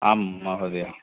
आं महोदय